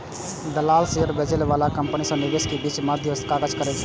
दलाल शेयर बेचय बला कंपनी आ निवेशक के बीच मध्यस्थक काज करै छै